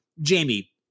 Jamie